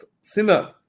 sinner